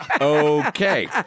Okay